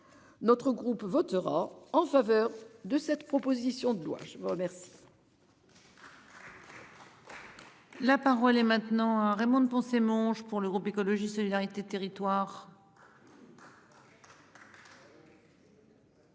Notre groupe votera en faveur de cette proposition de loi, je vous remercie. La parole est maintenant Raymonde Poncet Monge pour le groupe écologiste solidarité et territoires.